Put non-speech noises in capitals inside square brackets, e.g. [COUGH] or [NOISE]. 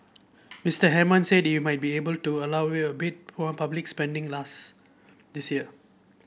Mister Hammond said he might be able to allow [UNINTELLIGIBLE] a bit more public spending last this year